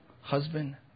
husband